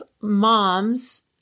moms